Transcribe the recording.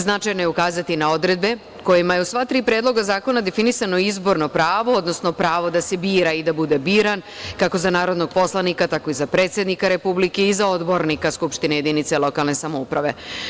Značajno je ukazati na odredbe kojima je u sva tri predloga zakona definisano izborno pravo, odnosno pravo da se bira i da bude biran kako za narodnog poslanika, tako i za predsednika Republike i za odbornika skupštine jedinice lokalne samouprave.